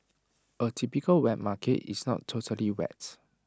A typical wet market is not totally wet